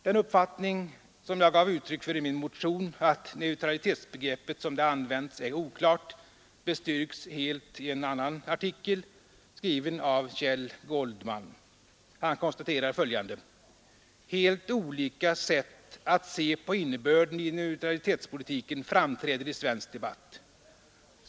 Den uppfattning som jag gav uttryck för i min motion, att neutralitetsbegreppet som det används är oklart, bestyrks helt av en annan artikel, skriven av Kjell Goldman. Han konstaterar följande: ”Helt olika sätt att se på innebörden i neutralitetspolitiken framträder i svensk debatt.